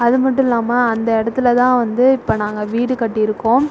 அது மட்டுல்லாமல் அந்த இடத்துல தான் வந்து இப்போ நாங்கள் வீடு கட்டியிருக்கோம்